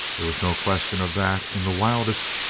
there was no question of that in the wildest,